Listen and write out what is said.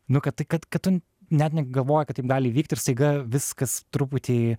nu kad tai kad kad tu net negalvoji kad taip gali įvykti ir staiga viskas truputį